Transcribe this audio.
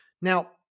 Now